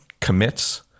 commits